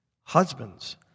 Husbands